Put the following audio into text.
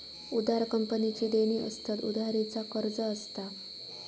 उधार कंपनीची देणी असतत, उधारी चा कर्ज असता